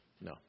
No